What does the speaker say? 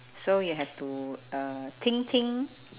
so you have to uh think think